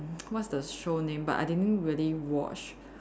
what's the show name but I didn't really watch